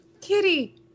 Kitty